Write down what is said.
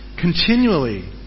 continually